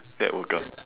then I woke up